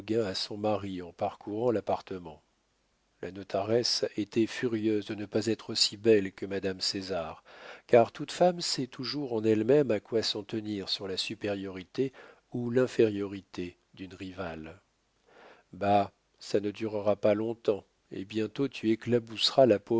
à son mari en parcourant l'appartement la notaresse était furieuse de ne pas être aussi belle que madame césar car toute femme sait toujours en elle-même à quoi s'en tenir sur la supériorité ou l'infériorité d'une rivale bah ça ne durera pas long-temps et bientôt tu éclabousseras la